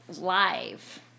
live